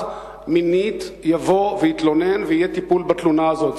מינית יבוא ויתלונן ויהיה טיפול בתלונה הזאת.